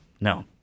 No